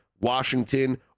Washington